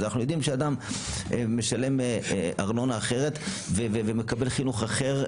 אנחנו יודעים שכשאדם משלם ארנונה אחרת ומקבל חינוך אחר,